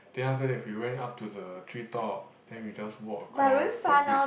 then after that we went up to the treetop then we just walk across the bridge